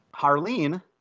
Harleen